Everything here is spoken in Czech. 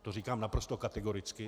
To říkám naprosto kategoricky.